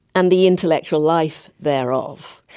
and the intellectual life thereof.